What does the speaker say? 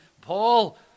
Paul